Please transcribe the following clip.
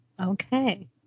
okay